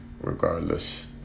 regardless